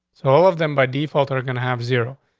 so all of them, by default, are gonna have zero.